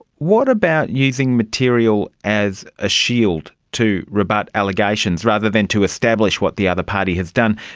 what about using material as a shield to rebut allegations rather than to establish what the other party has done?